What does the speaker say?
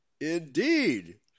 Indeed